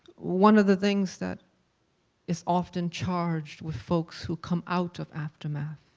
one of the things that is often charged with folks who come out of aftermath,